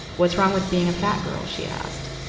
what's wrong with being a fat girl? she asked.